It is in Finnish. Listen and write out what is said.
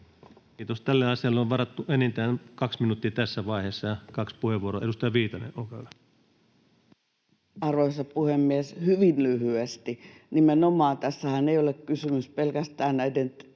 Kiitos. — Tälle asialle on varattu enintään 2 minuuttia tässä vaiheessa ja 2 puheenvuoroa. — Edustaja Viitanen, olkaa hyvä. Arvoisa puhemies! Hyvin lyhyesti. Nimenomaan tässähän ei ole kysymys pelkästään näiden